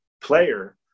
player